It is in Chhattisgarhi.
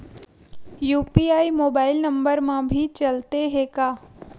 यू.पी.आई मोबाइल नंबर मा भी चलते हे का?